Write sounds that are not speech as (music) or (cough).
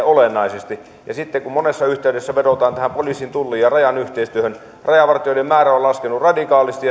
(unintelligible) olennaisesti sitten monessa yhteydessä vedotaan tähän poliisin tullin ja rajan yhteistyöhön rajavartijoiden määrä on laskenut radikaalisti (unintelligible)